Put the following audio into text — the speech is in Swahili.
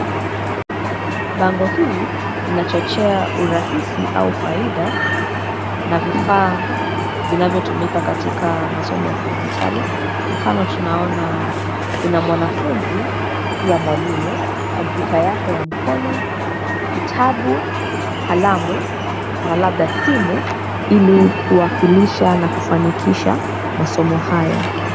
Bango hili linachochea urahisi au faida na vifaa vinavyotumika katika masomo ya kidijitali. Mfano tunaona kuna mwanafunzi, pia mwalimu, kompyuta yake ya mkono, kitabu, kalamu na labda simu ili kuwakilisha na kufanikisha masomo haya.